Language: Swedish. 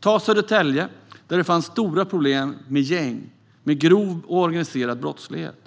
Ta Södertälje, där det fanns stora problem med gäng och med grov organiserad brottslighet.